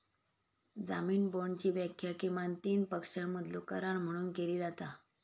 जामीन बाँडची व्याख्या किमान तीन पक्षांमधलो करार म्हणून केली जाता